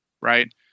Right